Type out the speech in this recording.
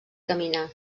caminar